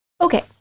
Okay